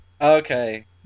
Okay